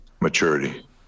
maturity